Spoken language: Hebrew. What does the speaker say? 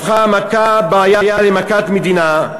הפכה המכה-בעיה למכת מדינה,